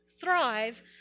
thrive